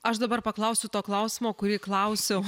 aš dabar paklausiu to klausimo kurį klausiau